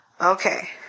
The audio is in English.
Okay